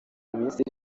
minsi